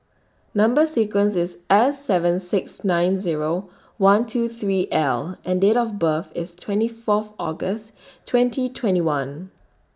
Number sequence IS S seven six nine Zero one two three L and Date of birth IS twenty Fourth August twenty twenty one